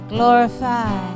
Glorify